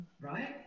right